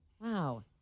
Wow